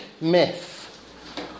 myth